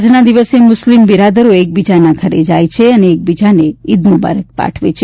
આજના દિવસે મુસ્લિમ બિરાદરો એક બીજાના ઘરે જાય છે અને એક બીજાને ઈદ મુબારક પાઠવે છે